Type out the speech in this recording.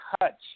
touch